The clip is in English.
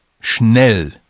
Schnell